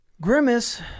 Grimace